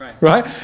Right